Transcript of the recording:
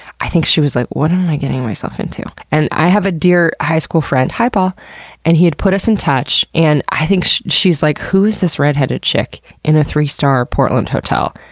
i think she was like, what am i getting myself into? and i have a dear high school friend. ah and he had put us in touch, and i think she was like, who is this redheaded chick in a three-star portland hotel?